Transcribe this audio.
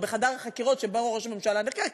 או בחדר החקירות שבו ראש ממשלה נחקר,